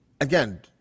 again